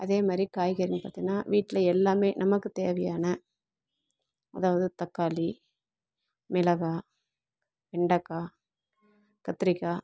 அதே மாதிரி காய்கறிங்கள் பார்த்தீங்கன்னா வீட்டில் எல்லாமே நமக்குத் தேவையான அதாவது தக்காளி மிளகாய் வெண்டக்காய் கத்திரிக்காய்